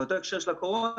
באותו הקשר של הקורונה,